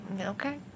Okay